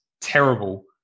terrible